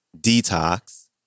Detox